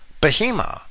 Behemoth